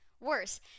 Worse